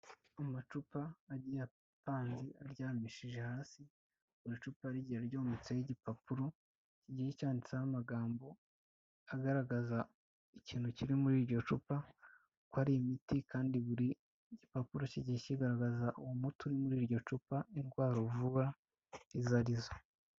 Amacupa agiye apanze aryamishije hasi, buri cupa rigiye ryometseho igipapuro kigiye cyanditseho amagambo agaragaza ikintu kiri muri iryo cupa, ko ari imiti kandi buri gipapuro kigiye kigaragaza uwo muti uri muri iryo cupa indwara uvura izo ari zo.